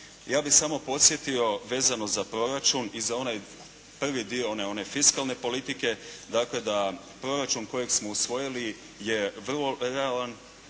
Ja bih samo podsjetio vezano za proračun i za onaj prvi dio one fiskalne politike, dakle da proračun kojeg smo usvojili je vrlo realan,